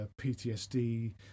PTSD